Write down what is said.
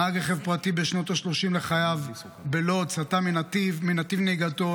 נהג רכב פרטי בשנות השלושים לחייו בלוד סטה מנתיב נהיגתו,